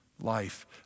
life